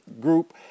group